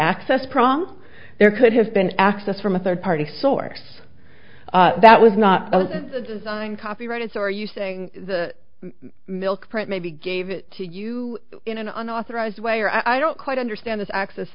access prong there could have been access from a third party source that was not the design copyrighted so are you saying the milk print maybe gave it to you in an unauthorized way or i don't quite understand this access